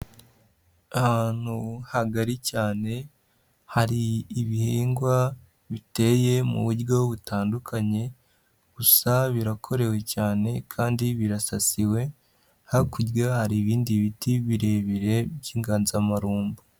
Ahantu hagari cyane, hari ibihingwa biteye mu buryo butandukanye, gusa birakorewe cyane, kandi birasasiwe, hakurya hari ibindi biti birebire, by'inganzamarumbu.